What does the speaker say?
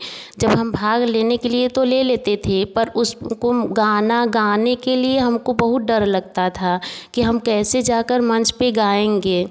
जब हम भाग लेने के लिए तो ले लेते थे पर उसको गाना गाने के लिए हमको बहुत डर लगता था कि हम कैसे जाकर मंच पर गायेंगे